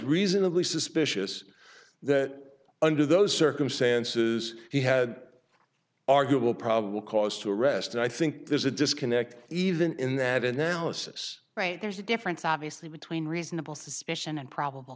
reasonably suspicious that under those circumstances he had arguable probable cause to arrest and i think there's a disconnect even in that analysis right there's a difference obviously between reasonable suspicion and probable